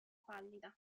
pallida